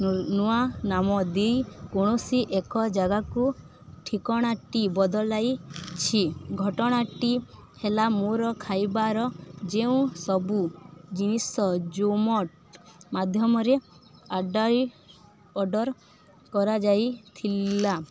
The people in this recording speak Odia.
ନୂଆ ନାମ ଦି କୌଣସି ଏକ ଜାଗାକୁ ଠିକଣାଟି ବଦଳାଇଛି ଘଟଣାଟି ହେଲା ମୋର ଖାଇବାର ଯେଉଁ ସବୁ ଜିନିଷ ଜୋମାଟୋ ମାଧ୍ୟମରେ ଅର୍ଡ଼ର୍ କରାଯାଇଥିଲା